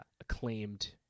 acclaimed